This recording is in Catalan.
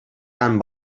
tan